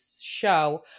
show